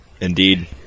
indeed